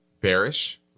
bearish